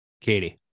Katie